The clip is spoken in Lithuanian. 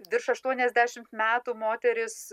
virš aštuoniasdešimt metų moteris